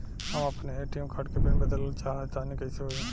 हम आपन ATM card के पीन बदलल चाहऽ तनि कइसे होई?